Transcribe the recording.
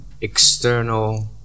external